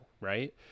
right